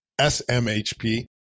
SMHP